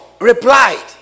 replied